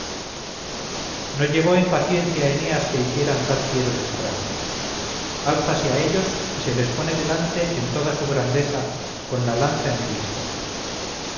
no llevó en paciencia eneas que hicieran tan fieros estragos lánzase a ellos y se les pone delante en toda su grandeza con la lanza en ristre